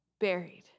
buried